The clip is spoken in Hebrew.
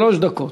שלוש דקות.